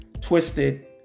twisted